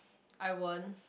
I won't